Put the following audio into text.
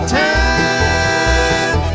time